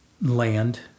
land